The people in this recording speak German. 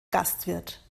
gastwirt